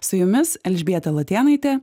su jumis elžbieta latėnaitė